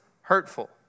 hurtful